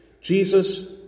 Jesus